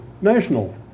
national